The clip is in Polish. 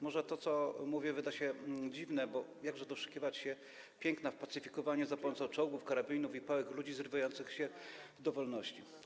Może to, co mówię, wyda się dziwne, bo jakże doszukiwać się piękna w pacyfikowaniu za pomocą czołgów, karabinów i pałek ludzi zrywających się do wolności.